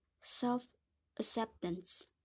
self-acceptance